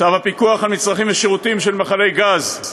צו הפיקוח על מצרכים ושירותים (מכלי גז)